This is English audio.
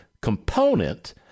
component